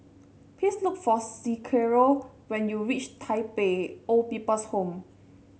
please look for Cicero when you reach Tai Pei Old People's Home